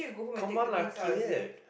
come on lah kid